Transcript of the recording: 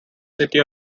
city